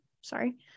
sorry